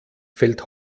fällt